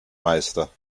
meister